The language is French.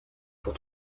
pour